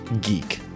geek